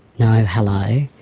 no hello,